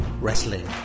Wrestling